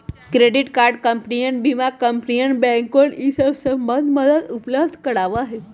credit card कंपनियन बीमा कंपनियन बैंकवन ई सब संबंधी मदद उपलब्ध करवावा हई